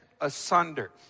asunder